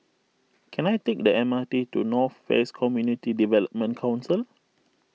can I take the M R T to North West Community Development Council